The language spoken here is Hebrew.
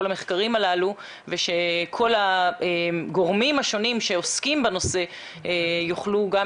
המחקרים הללו ושכל הגורמים השונים שעוסקים בנושא יוכלו גם